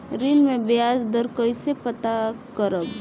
ऋण में बयाज दर कईसे पता करब?